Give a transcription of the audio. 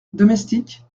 domestiques